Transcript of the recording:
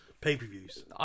Pay-per-views